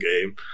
game